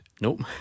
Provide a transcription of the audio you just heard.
Nope